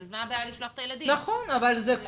אלא רק